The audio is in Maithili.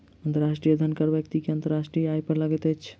अंतर्राष्ट्रीय धन कर व्यक्ति के अंतर्राष्ट्रीय आय पर लगैत अछि